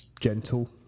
gentle